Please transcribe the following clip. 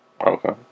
Okay